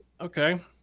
Okay